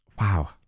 Wow